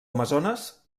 amazones